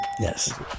Yes